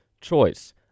choice